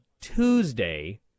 Tuesday